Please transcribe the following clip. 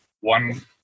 one